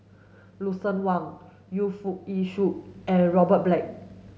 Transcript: Lucien Wang Yu Foo Yee Shoon and Robert Black